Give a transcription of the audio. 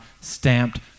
stamped